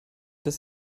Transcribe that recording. das